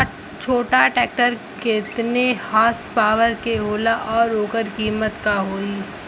छोटा ट्रेक्टर केतने हॉर्सपावर के होला और ओकर कीमत का होई?